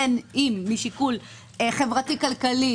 בין אם משיקול חברתי-כלכלי,